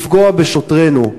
לפגוע בשוטרינו.